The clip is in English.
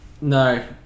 No